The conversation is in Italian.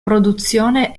produzione